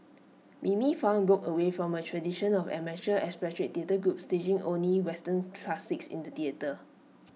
Mimi fan broke away from A tradition of amateur expatriate theatre groups staging only western classics in the theatre